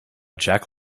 jack